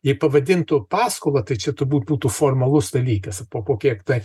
jei pavadintų paskola tai čia turbūt būtų formalus dalykas po po kiek tai